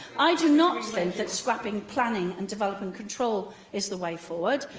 i do not think that scrapping planning and development control is the way forward.